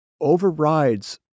overrides